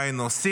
מה היינו עושים?